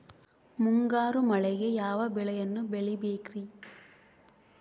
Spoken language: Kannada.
ಮುಂಗಾರು ಮಳೆಗೆ ಯಾವ ಬೆಳೆಯನ್ನು ಬೆಳಿಬೇಕ್ರಿ?